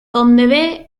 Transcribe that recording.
donde